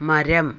മരം